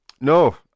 no